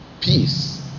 peace